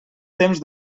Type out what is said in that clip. temps